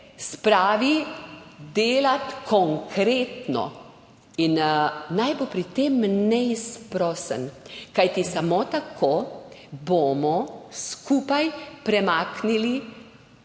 spravi delat konkretno in naj bo pri tem neizprosen, kajti samo tako bomo skupaj premaknili